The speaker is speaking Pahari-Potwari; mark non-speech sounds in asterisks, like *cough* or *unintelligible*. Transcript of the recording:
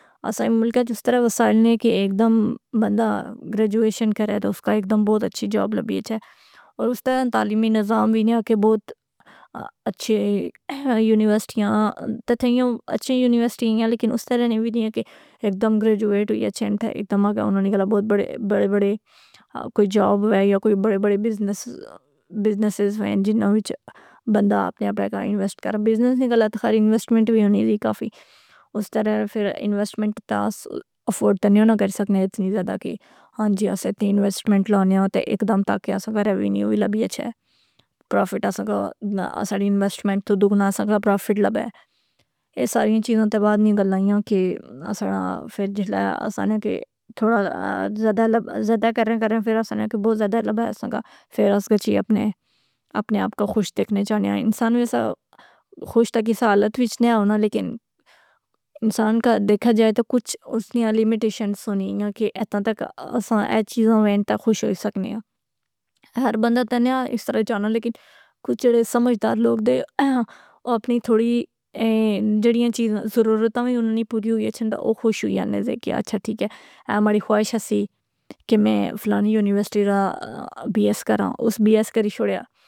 اساں نے ملکہ اچ اس طرح وسائل نی کہ ایک دم بندہ گریجویشن کرے تہ اس کا ایک دم بہت اچھی جوب لبی اچھے۔ اور اس طرح تعلیمی نظام وی نئی ہے کہ بہت اچھے یونیورسٹیاں تا تھیوں اچھے یونیورسٹیاں ہیاں لیکن اس طرح نی وی نئی آ کہ ایک دم گریجویٹ ہوئی اچھے *unintelligible* اناں نے گلا بہت بڑے، بڑے بڑے کوئی جاب ہے یا کوئی بڑے بڑے بزنسز ویں جناں وچ بندہ اپنے آپے کا انویسٹ کرا۔ بزنس نی کلا تہ انویسٹمنٹ وی ہونی کافی۔ اس طرح فرانویسٹمنٹ تاں افورڈ ت نیو نہ کری سکںے اتنی زیادہ کہ ہاں جی اسے تی انویسٹمنٹ لانے آں تہ ایک دم تاکہ اسے ریونیو بھی لبی اچھے، پروفٹ آساں کا اساڑی انویسٹمنٹ تو دوگنا آساں کی پروفٹ لبے۔ اے ساریاں چیزاں تہ بعد نیاں گلائیاں کہ اساڑا فر جسلہ آساں اخنا کی تھوڑا زیادہ کرنے کریں فر آساں نی اکھاں کہ بہت زیادہ لبے اساں کا۔ فر اس گچھی اپنے آپ کا خوش دیکھنے چاہنے آں۔ انسان ویسہ خوش تہ کسے حالت وچ نئی اونا لیکن انسان کا دیکھا جائے تو کچھ اس نیہہ لیمیٹیشنز ہونیاں کہ اتنا تک اساں اے چیزاں ہوین تہ خوش ہوئی سکنےآں۔ ہر بندہ تنیا اس طرح چاہنا لیکن کچھ جیڑے سمجھدار لوگ دے او اپنی تھوڑی اے جیڑیاں چیزاں ضرورتاں وی اننی پوری ہوئی اچھن تہ او خوش ہوئی انے سہ کہ اچھا ٹھیک ہے اے ماڑی خواہش اسی کہ میں فلانی یونیورسٹی را بی ایس کراں، اس بی ایس کری شوڑیا.